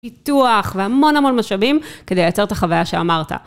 פיתוח והמון המון משאבים כדי לייצר את החוויה שאמרת.